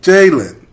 Jalen